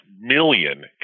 million